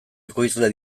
ekoizle